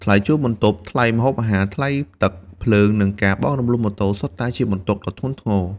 ថ្លៃជួលបន្ទប់ ថ្លៃម្ហូបអាហារ ថ្លៃទឹក ភ្លើង និងការបង់រំលោះម៉ូតូសុទ្ធតែជាបន្ទុកដ៏ធ្ងន់ធ្ងរ។